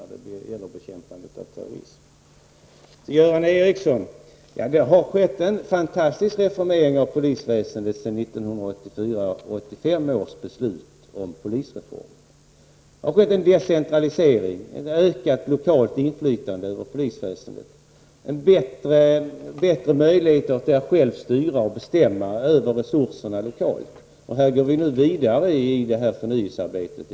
Till Göran Ericsson: Det har skett en fantastisk reformering av polisväsendet sedan 1984/85 års beslut om polisreform. Det har skett en decentralisering; det har blivit ökat lokalt inflytande över polisväsendet, det har blivit bättre möjligheter att lokalt styra och bestämma över resurserna. Vi går nu vidare i den riktningen i det här förnyelsearbetet.